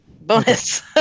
Bonus